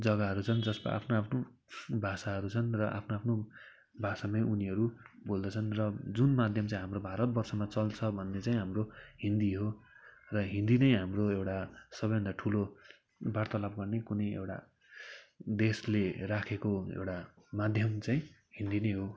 जग्गाहरू छन् जसको आफ्नो आफ्नो भाषाहरू छन् र आफ्नो आफ्नो भाषामै उनीहरू बोल्दछन् र जुन माध्यम चाहिँ हाम्रो भारतवर्षमा चल्छ भन्ने चाहिँ हाम्रो हिन्दी हो र हिन्दी नै हाम्रो एउटा सबैभन्दा ठुलो वार्तालाप गर्ने कुनै एउटा देशले राखेको एउटा माध्यम चाहिँ हिन्दी नै हो